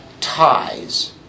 ties